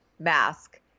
mask